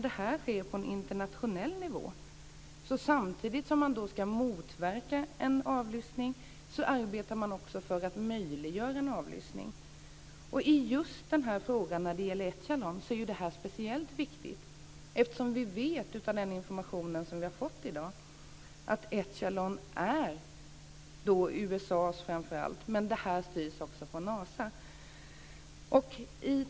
Det här sker på internationell nivå. Samtidigt som man ska motverka avlyssning arbetar man också för att möjliggöra avlyssning. När det gäller Echelon är ju det här speciellt viktigt eftersom vi vet från den information vi har fått i dag att Echelon framför allt är USA:s system men också styrs från Nasa.